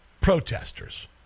protesters